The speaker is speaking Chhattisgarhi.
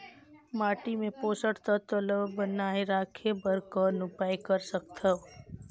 माटी मे पोषक तत्व ल बनाय राखे बर कौन उपाय कर सकथव?